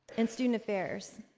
and student affairs.